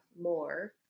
more